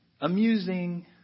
amusing